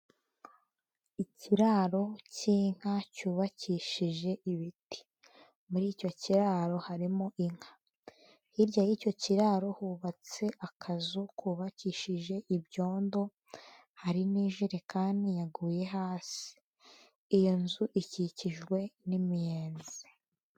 Ikiraro cy'inka cyubakishije ibiti, muri icyo kiraro harimo inka, hirya y'icyo kiraro hubatse akazu kubakishije ibyondo, harimo ijerekani yaguye hasi, yo nzu ikikijwe n'imiyenzi.